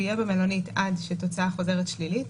הוא יהיה במלונית עד שיש תוצאה חוזרת שלילית.